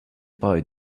boy